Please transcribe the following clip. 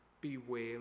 Beware